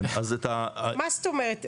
מה זאת אומרת?